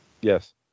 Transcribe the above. Yes